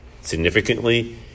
significantly